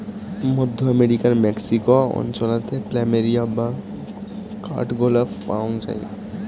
মধ্য আমেরিকার মেক্সিকো অঞ্চলাতে প্ল্যামেরিয়া বা কাঠগোলাপ পায়ং যাই